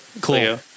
Cool